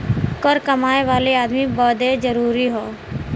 कर कमाए वाले अदमी बदे जरुरी हौ